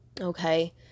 okay